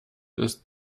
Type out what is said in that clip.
ist